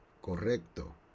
Correcto